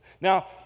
Now